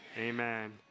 Amen